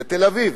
בתל-אביב.